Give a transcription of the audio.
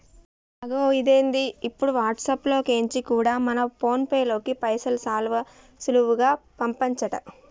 అగొ ఇదేంది ఇప్పుడు వాట్సాప్ లో కెంచి కూడా మన ఫోన్ పేలోకి పైసలు చాలా సులువుగా పంపచంట